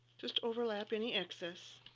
just overlap any excess.